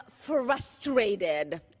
frustrated